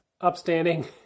upstanding